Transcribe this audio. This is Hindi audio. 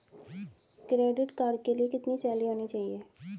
क्रेडिट कार्ड के लिए कितनी सैलरी होनी चाहिए?